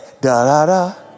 da-da-da